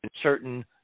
certain